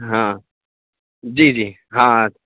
ہاں جی جی ہاں ہاں